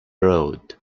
road